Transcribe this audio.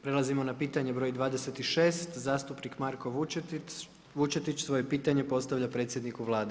Prelazimo na pitanje broj 26, zastupnik Marko Vučetić svoje pitanje postavlja predsjedniku Vlade.